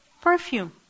Perfume